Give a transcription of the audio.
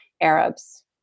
Arabs